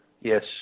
Yes